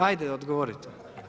Ajde, odgovorite.